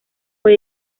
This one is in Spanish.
fue